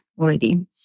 already